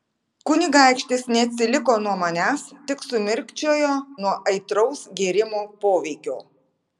kunigaikštis neatsiliko nuo manęs tik sumirkčiojo nuo aitraus gėrimo poveikio